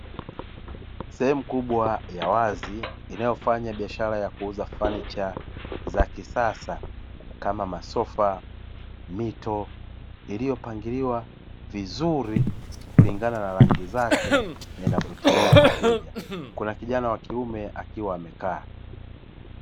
Sehemu kubwa ya wazi inayofanya biashara ya kuuza fanicha za kisasa kama masofa, mito iliyopangiliwa vizuri kulingana na rangi zake na inavutia wateja kuna kijana WA kiume akiwa amekaa.